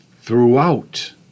throughout